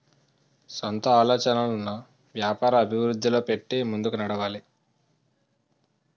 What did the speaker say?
సొంత ఆలోచనలను వ్యాపార అభివృద్ధిలో పెట్టి ముందుకు నడవాలి